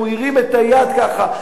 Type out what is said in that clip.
הוא הרים את היד ככה,